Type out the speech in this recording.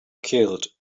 killed